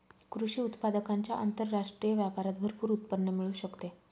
कृषी उत्पादकांच्या आंतरराष्ट्रीय व्यापारात भरपूर उत्पन्न मिळू शकते